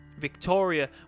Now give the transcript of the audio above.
Victoria